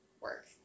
work